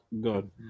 good